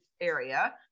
area